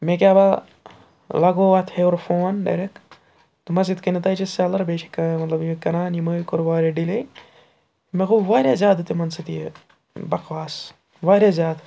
مےٚ کیٛاہ با لَگوو اَتھ ہیوٚرٕ فون ڈایریٚک دوٚپمَس یِتھ کٔنٮ۪تھ ہہ چھِ سٮ۪لَر بیٚیہِ چھِ کانٛہہ مَطلَب یہِ کَران یِمو ہَے کوٚر واریاہ ڈِلے مےٚ گوٚو واریاہ زیادٕ تِمَن سۭتۍ یہِ بَکواس واریاہ زیادٕ